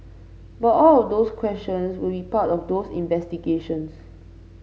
but all of those questions will be part of those investigations